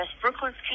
Brooklyn's